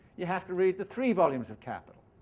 you have to read the three volumes of capital.